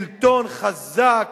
שלטון חזק